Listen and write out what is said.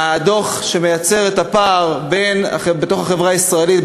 הדוח שחושף את הפער בתוך החברה הישראלית,